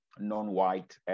non-white